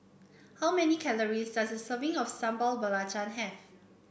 how many calories does a serving of Sambal Belacan have